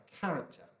character